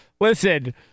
Listen